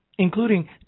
including